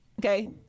okay